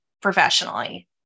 professionally